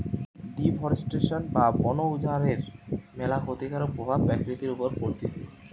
deforestation বা বন উজাড়ের ম্যালা ক্ষতিকারক প্রভাব প্রকৃতির উপর পড়তিছে